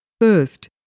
first